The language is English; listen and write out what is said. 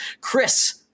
Chris